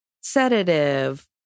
sedative